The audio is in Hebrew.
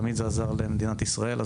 זה תמיד עזר למדינת ישראל.